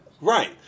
Right